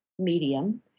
medium